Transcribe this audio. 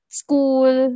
school